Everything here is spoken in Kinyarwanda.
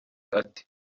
ati